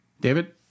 David